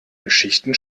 geschichten